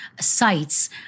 sites